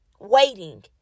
waiting